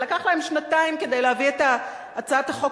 ולקח להם שנתיים כדי להביא את הצעת החוק